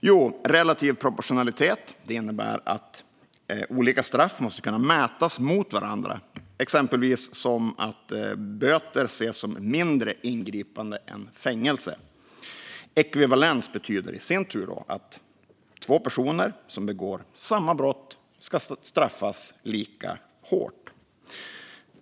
Jo, relativ proportionalitet innebär att olika straff måste kunna mätas mot varandra, exempelvis att böter ses som mindre ingripande än fängelse. Ekvivalens betyder i sin tur att två personer som begår samma brott ska straffas lika hårt.